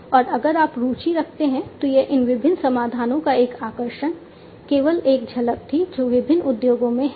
और अगर आप रुचि रखते हैं तो यह इन विभिन्न समाधानों का एक आकर्षण केवल एक झलक थी जो विभिन्न उद्योगों में हैं